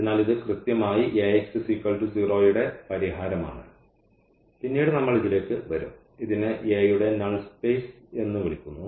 അതിനാൽ ഇത് കൃത്യമായി യുടെ പരിഹാരമാണ് പിന്നീട് നമ്മൾ ഇതിലേക്ക് വരും ഇതിനെ a യുടെ നൾ സ്പേസ് എന്ന് വിളിക്കുന്നു